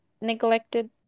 neglected